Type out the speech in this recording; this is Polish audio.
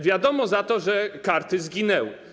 Wiadomo za to, że karty zginęły.